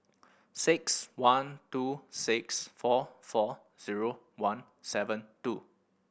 six one two six four four zero one seven two